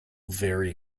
very